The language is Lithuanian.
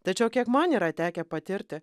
tačiau kiek man yra tekę patirti